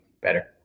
Better